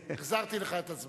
החזרתי לך את הזמן.